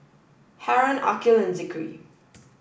Haron Aqil and Zikri